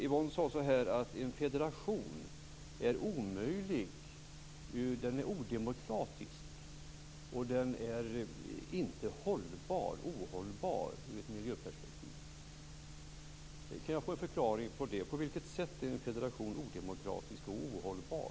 Yvonne Ruwaida sade att en federation är odemokratisk och ohållbar ur ett miljöperspektiv. Kan jag få en förklaring till det? På vilket sätt är en federation odemokratisk och ohållbar?